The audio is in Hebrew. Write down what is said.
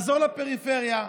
לעזור לפריפריה,